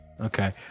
Okay